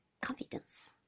confidence